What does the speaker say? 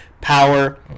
power